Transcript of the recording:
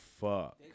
fuck